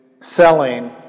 selling